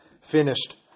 finished